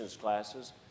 Classes